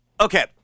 Okay